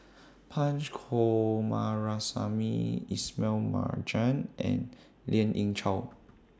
Punch Coomaraswamy Ismail Marjan and Lien Ying Chow